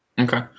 Okay